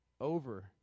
over